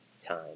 time